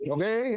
Okay